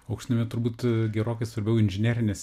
aukštnamyje turbūt gerokai svarbiau inžinerinės